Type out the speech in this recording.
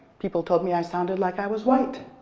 people told me i sounded like i was white,